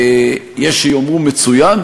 יש שיאמרו מצוין,